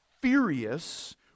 furious